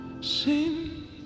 sin